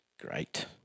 Great